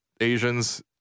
Asians